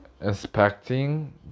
Inspecting